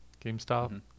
GameStop